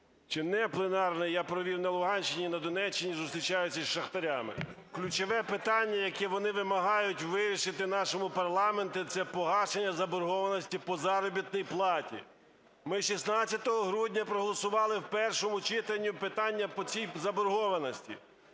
чи не пленарний, я провів на Луганщині і на Донеччині, зустрічаючись з шахтарями. Ключове питання, яке вони вимагають вирішити нашому парламенту – це погашення заборгованості по заробітній платі. Ми 16 грудня проголосували в першому читанні питання по цій заборгованості,